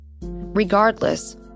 Regardless